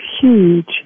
huge